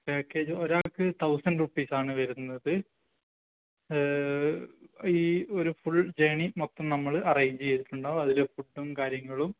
package ഒരാൾക്ക് thousand റുപ്പീസാണ് വരുന്നത് ഈ ഒരു ഫുൾ ജേണി മൊത്തം നമ്മള് അറേഞ്ചെയ്തിട്ടുണ്ടാവും അതില് ഫുഡും കാര്യങ്ങളും